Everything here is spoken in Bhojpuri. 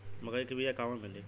मक्कई के बिया क़हवा मिली?